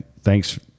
Thanks